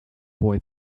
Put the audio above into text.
boy